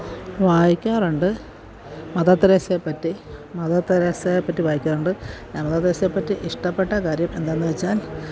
വായിക്കാറുണ്ട് മദര് തെരേസയെ പറ്റി മദര് തെരേസയെ പറ്റി വായിക്കാറുണ്ട് മദര് തെരേസയെ പറ്റി ഇഷ്ടപ്പെട്ട കാര്യം എന്താണെന്ന് വെച്ചാല്